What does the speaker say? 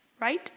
right